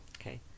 Okay